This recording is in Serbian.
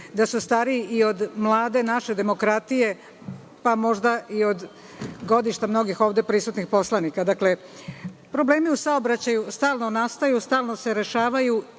da su stariji i od naše mlade demokratije, pa možda i od godišta mnogih ovde prisutnih poslanika. Dakle, problemi u saobraćaju stalno nastaju,s talno se rešavaju